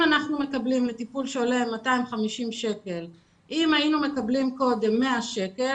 לטיפול שעולה 250 שקל אם היינו מקבלים קודם 100 שקל,